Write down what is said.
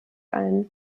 ein